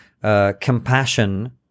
compassion